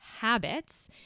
habits